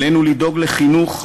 עלינו לדאוג לחינוך,